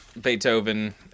Beethoven